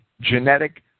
genetic